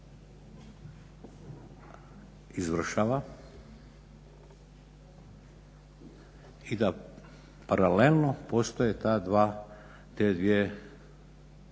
izvršava i da paralelno postoje ta dva